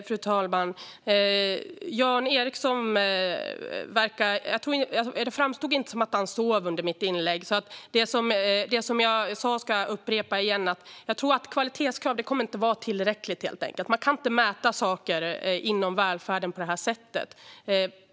Fru talman! Det framstod inte som att Jan Ericson sov under mitt inlägg. Men jag ska upprepa det jag sa. Jag tror helt enkelt att kvalitetskrav inte kommer att vara tillräckligt. Man kan inte mäta saker inom välfärden på det här sättet.